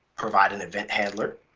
provide an event handler,